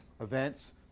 events